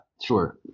sure